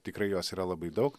tikrai jos yra labai daug